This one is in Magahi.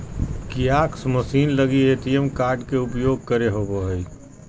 कियाक्स मशीन लगी ए.टी.एम कार्ड के उपयोग करे होबो हइ